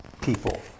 people